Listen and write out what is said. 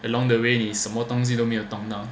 along the way 你什么东西都没有动到